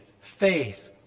faith